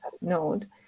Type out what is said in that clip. node